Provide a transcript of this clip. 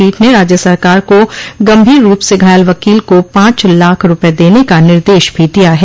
पीठ ने राज्य सरकार को गंभीर रूप से घायल वकील को पांच लाख रूपये देने का निर्देश भी दिया है